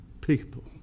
people